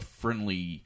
friendly